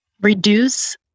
Reduce